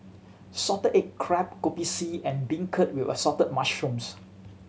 salted egg crab Kopi C and beancurd with Assorted Mushrooms